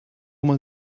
man